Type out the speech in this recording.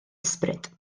ysbryd